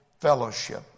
fellowship